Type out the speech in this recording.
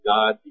God